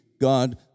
God